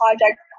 project